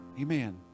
Amen